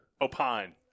O'Pine